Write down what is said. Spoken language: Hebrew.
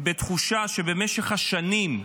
בתחושה שבמשך השנים,